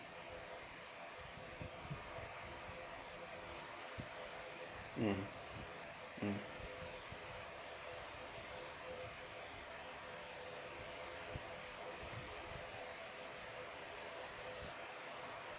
mm